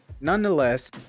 Nonetheless